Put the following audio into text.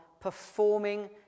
performing